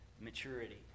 maturity